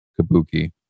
Kabuki